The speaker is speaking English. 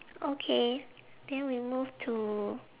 okay then we move to